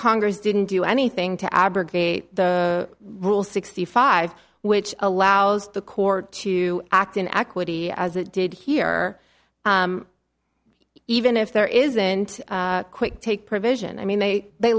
congress didn't do anything to abrogate the rule sixty five which allows the court to act in equity as it did here even if there isn't a quick take provision i mean they they